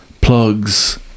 Plugs